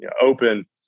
open